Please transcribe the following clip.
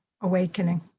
awakening